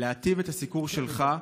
להטיב את הסיקור שלך,